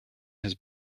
his